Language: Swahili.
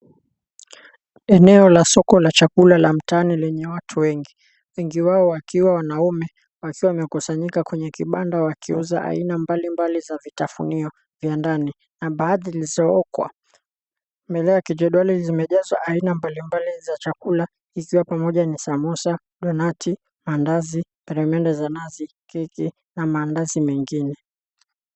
Eneo la soko la chakula la mtaani lenye watu wengi. Wengi wao wakiwa wanaume wakiwa wamekusanyika kwenye kibanda wakiuza aina mbalimbali za vitafunio vya ndani na baadhi zilizookwa. Mbele ya kijedwali zimejazwa aina mbalimbali za chakula ikiwa pamoja ni samosa, donat , mandazi, peremende za nazi, keki na mandazi mengine.